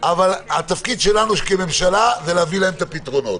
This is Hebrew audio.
אבל התפקיד שלנו כממשלה זה להביא להם את הפתרונות.